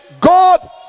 god